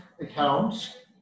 accounts